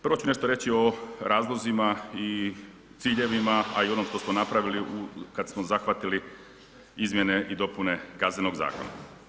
Prvo ću nešto reći o razlozima i ciljevima, a i onome što smo napravili kada smo zahvatili izmjene i dopune Kaznenog zakona.